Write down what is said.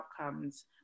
outcomes